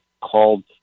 called